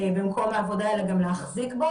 במקום העבודה, אלא גם להחזיק בו